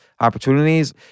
opportunities